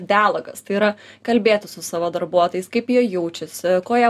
dialogas tai yra kalbėti su savo darbuotojais kaip jie jaučiasi ko jie